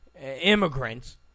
Immigrants